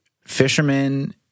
fishermen